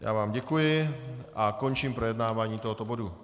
Já vám děkuji a končím projednávání tohoto bodu.